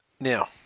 Now